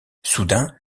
soudain